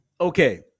Okay